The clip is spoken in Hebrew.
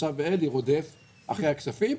עכשיו אלי רודף אחרי הכספים,